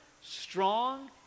strong